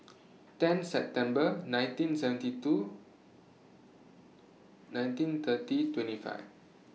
ten September nineteen seventy two nineteen thirty twenty five